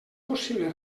possible